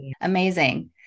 Amazing